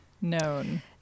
known